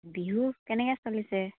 বিহু কেনেকৈ চলিছে